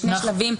בשני שלבים.